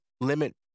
limit